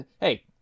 hey